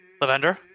lavender